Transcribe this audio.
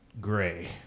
gray